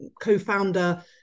co-founder